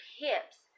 hips